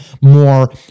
more